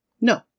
No